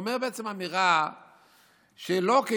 אז הוא אומר בעצם אמירה שהיה מותר לו לומר,